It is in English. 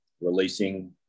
releasing